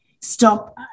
stop